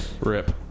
Rip